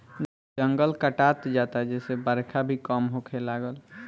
जंगल कटात जाता जेसे बरखा भी कम होखे लागल